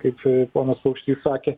kaip čia ponas paukštys sakė